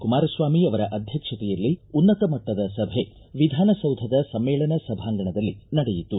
ಕುಮಾರಸ್ವಾಮಿ ಅವರ ಅಧ್ಯಕ್ಷತೆಯಲ್ಲಿ ಉನ್ನತ ಮಟ್ಟದ ಸಭೆ ವಿಧಾನಸೌಧದ ಸಮ್ಮೇಳನ ಸಭಾಂಗಣದಲ್ಲಿ ನಡೆಯಿತು